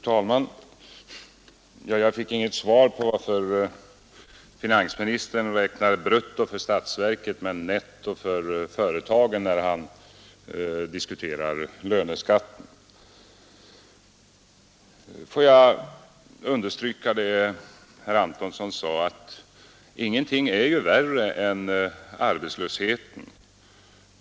Fru talman! Jag fick inget svar på frågan varför finansministern räknar brutto för statsverket men netto för företagen när han diskuterar löneskatten. Får jag understryka det herr Antonsson sade, nämligen att ingenting är värre än arbetslösheten.